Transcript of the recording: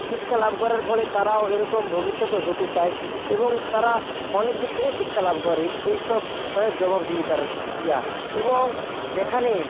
শিক্ষা লাভ করার ফলে তারাও এরকম ভবিষ্যতে হতে চায় এবং তারা অনেক দিক থেকে শিক্ষা লাভ করে এই সব তাদের জবাব দিহিতার ইয়া এবং যেখানে